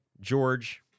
George